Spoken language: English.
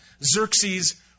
Xerxes